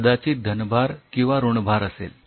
कदाचित धनभार किंवा ऋणभार असेल